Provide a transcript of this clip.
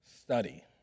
Study